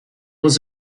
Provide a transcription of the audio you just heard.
was